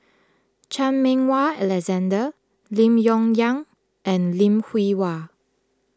Chan Meng Wah Alexander Lim Yong Liang and Lim Hwee Hua